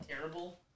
terrible